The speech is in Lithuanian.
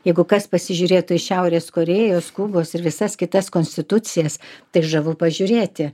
jeigu kas pasižiūrėtų į šiaurės korėjos kubos ir visas kitas konstitucijas tai žavu pažiūrėti